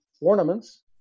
ornaments